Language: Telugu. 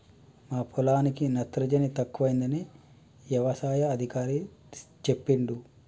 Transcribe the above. మా పొలానికి నత్రజని తక్కువైందని యవసాయ అధికారి చెప్పిండు